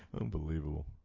Unbelievable